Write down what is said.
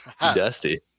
Dusty